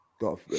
got